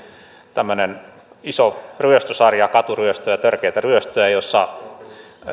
iso ryöstösarja katuryöstöjä ja törkeitä ryöstöjä joihin